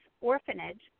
orphanage